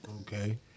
Okay